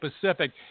Pacific